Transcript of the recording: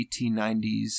1890s